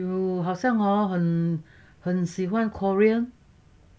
you 好像 hor 很很喜欢 korea